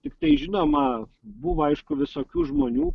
tiktai žinoma buvo aišku visokių žmonių